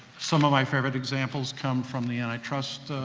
some of my favorite examples come from the antitrust, ah,